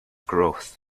growth